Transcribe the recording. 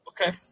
Okay